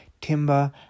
timber